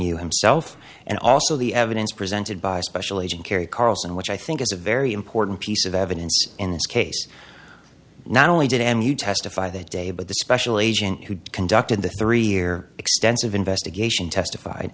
himself and also the evidence presented by special agent carrie carlson which i think is a very important piece of evidence in this case not only did m you testify that day but the special agent who conducted the three year extensive investigation testified